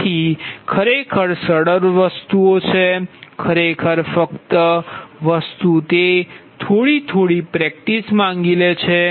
તેથી આ ખરેખર સરળ વસ્તુ છે ખરેખર ફક્ત વસ્તુ તે થોડી થોડી પ્રેક્ટિસ છે